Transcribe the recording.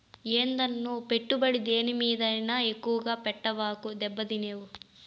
ఏందన్నో, పెట్టుబడి దేని మీదైనా ఎక్కువ పెట్టబాకు, దెబ్బతినేవు